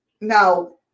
Now